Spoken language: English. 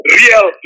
real